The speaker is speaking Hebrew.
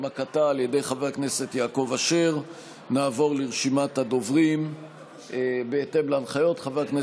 מי יזעק על זה שמדינה יהודית לא תכננה כאשר היא ראתה כבר בחודש